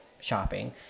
shopping